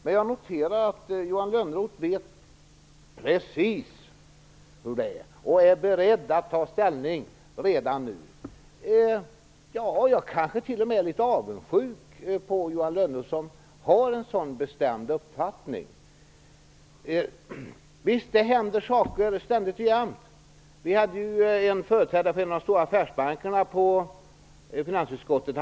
Men jag noterar att Johan Lönnroth vet precis hur det är och att han är beredd att ta ställning redan nu. Jag är kanske t.o.m. litet avundsjuk på Johan Lönnroth som har en sådan bestämd uppfattning. Visst händer det saker ständigt och jämt. En företrädare för en av de stora affärsbankerna besökte finansutskottet.